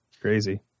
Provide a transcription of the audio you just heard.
crazy